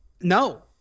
No